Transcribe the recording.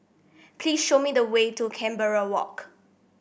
please show me the way to Canberra Walk